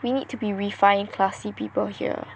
we need to be refined classy people here